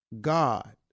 God